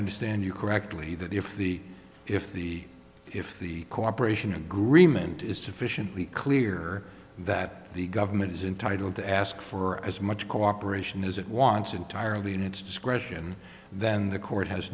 understand you correctly that if the if the if the cooperation agreement is sufficiently clear that the government is entitled to ask for as much cooperation is it wants entirely in its discretion then the court has